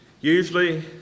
Usually